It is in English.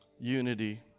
unity